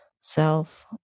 self